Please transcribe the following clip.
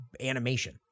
Animation